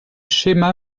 schéma